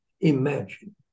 Imagine